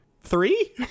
Three